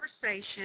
conversation